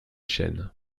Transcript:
chênes